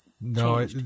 No